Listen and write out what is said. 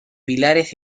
pilares